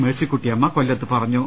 മേഴ്സിക്കുട്ടിയമ്മ കൊല്ലത്ത് പറഞ്ഞു